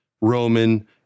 Roman